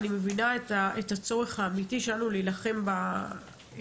אני מבינה את הצורך האמיתי שלנו להילחם בפשיעה.